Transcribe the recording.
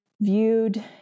viewed